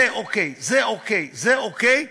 זה אוקיי, זה אוקיי, זה אוקיי,